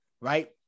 right